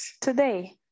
today